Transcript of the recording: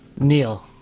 Neil